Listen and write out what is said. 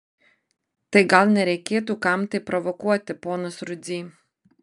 tai gal nereikėtų kam tai provokuoti ponas rudzy